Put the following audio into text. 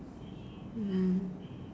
mm